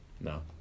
No